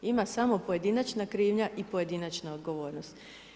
Ima samo pojedinačna krivnja, i pojedinačna odgovornost.